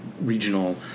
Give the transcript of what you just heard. regional